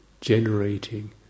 generating